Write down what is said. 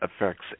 affects